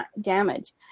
damage